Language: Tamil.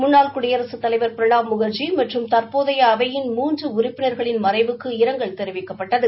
முன்னாள் குடியரசுத் தலைவா் பிரணாப் முகாஜி மற்றும் தற்போதைய அவையின் மூன்று உறுப்பினா்களின் மறைவுக்கு இரங்கல் தெரிவிக்கப்பட்டது